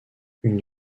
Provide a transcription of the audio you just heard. une